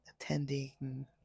attending